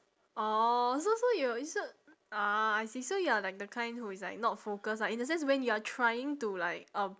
orh so so you're is it ah I see so you're like the kind who is like not focused ah in a sense when you're trying to like um